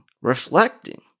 reflecting